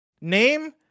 name